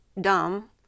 dumb